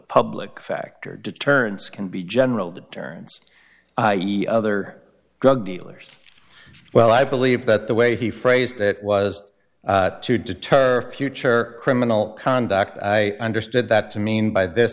public factor deterrence can be general deterrence other drug dealers well i believe that the way he phrased it was to deter future criminal conduct i understood that to mean by th